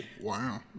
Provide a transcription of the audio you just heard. wow